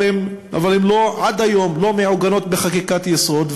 אבל עד היום זה לא מעוגן בחקיקת יסוד.